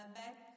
back